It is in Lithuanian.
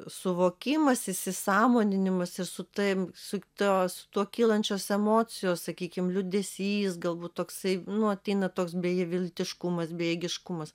suvokimas įsisąmoninimas ir sutem su tos su tuo kylančios emocijos sakykim liūdesys galbūt toksai nu ateina toks beviltiškumas bejėgiškumas